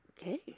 Okay